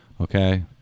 Okay